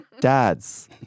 dads